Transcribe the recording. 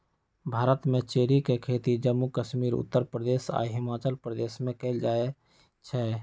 भारत में चेरी के खेती जम्मू कश्मीर उत्तर प्रदेश आ हिमाचल प्रदेश में कएल जाई छई